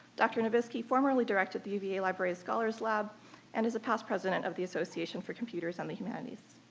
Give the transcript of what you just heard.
dr. nowviskie formerly directed the uva library's scholars lab and is a past president of the association for computers and the humanities.